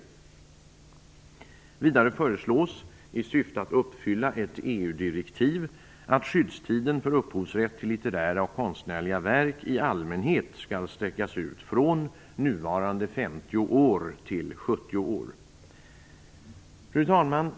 Vidare föreslås - i syfte att uppfylla ett EU direktiv - att skyddstiden för upphovsrätt till litterära och konstnärliga verk i allmänhet skall sträckas ut från nuvarande 50 år till 70 år. Fru talman!